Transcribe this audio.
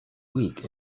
week